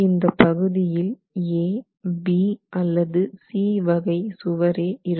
இந்த பகுதியில் AB அல்லது C வகை சுவரே இருக்கும்